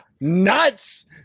Nuts